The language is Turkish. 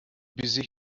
bizi